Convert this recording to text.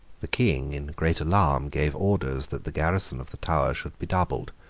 the king, in great alarm, gave orders that the garrison of the tower should be doubled,